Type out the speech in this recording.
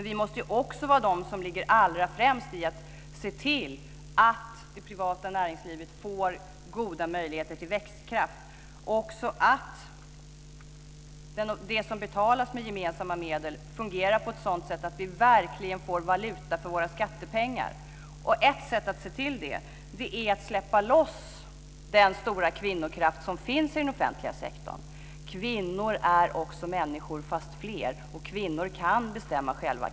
Vi måste också vara de som ligger allra främst när det gäller att se till att det privata näringslivet får goda möjligheter till växtkraft och att det som betalas med gemensamma medel fungerar på ett sådant sätt att vi verkligen får valuta för våra skattepengar. Ett sätt att se till att detta fungerar är att släppa loss den stora kvinnokraft som finns i den offentliga sektorn. Kvinnor är också människor, men fler. Och kvinnor kan bestämma själva.